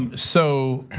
um so